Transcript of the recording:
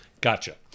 Gotcha